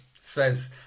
says